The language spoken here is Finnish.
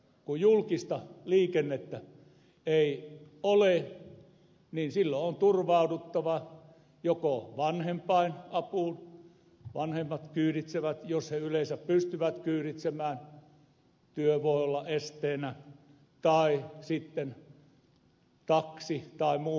kun julkista liikennettä ei ole niin silloin on turvauduttava joko vanhempien apuun vanhemmat kyyditsevät jos he yleensä pystyvät kyyditsemään työ voi olla esteenä tai sitten taksi tai muu